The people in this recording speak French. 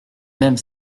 mêmes